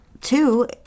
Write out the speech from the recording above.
Two